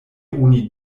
oni